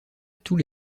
tous